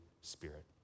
Spirit